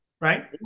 Right